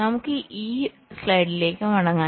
നമുക്ക് ഈ സ്ലൈഡിലേക്ക് മടങ്ങാം